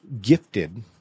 gifted